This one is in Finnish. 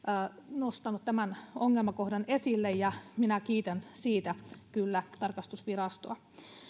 nostanut tämän ongelmakohdan esille ja minä kiitän siitä kyllä tarkastusvirastoa